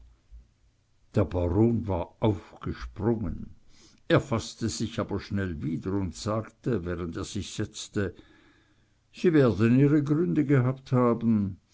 der baron war aufgesprungen er faßte sich aber schnell wieder und sagte während er sich setzte sie werden ihre gründe gehabt haben